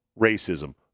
racism